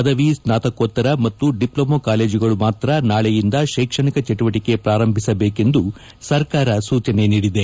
ಪದವಿ ಸ್ನಾತಕೋತ್ತರ ಮತ್ತು ಡಿಪ್ಲೊಮೊ ಕಾಲೇಜುಗಳು ಮಾತ್ರ ನಾಳೆಯಿಂದ ಶೈಕ್ಷಣಿಕ ಚಟುವಟಿಕೆ ಪ್ರಾರಂಭಿಸಬೇಕು ಸರ್ಕಾರ ಸೂಚನೆ ನೀಡಿದೆ